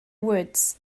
woods